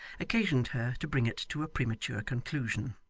occasioned her to bring it to a premature conclusion.